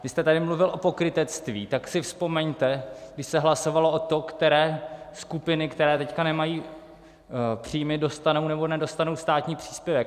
Vy jste tady mluvil o pokrytectví, tak si vzpomeňte, když se hlasovalo o tom, které skupiny, které teď nemají příjmy, dostanou nebo nedostanou státní příspěvek.